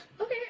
Okay